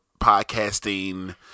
podcasting